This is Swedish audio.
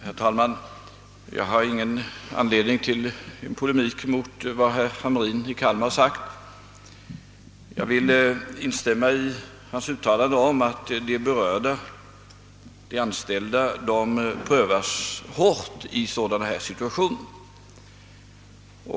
Herr talman! Jag ser ingen anledning till polemik mot vad herr Hamrin i Kalmar sagt. Jag vill instämma i hans uttalande att de anställda prövas hårt i dylika situationer.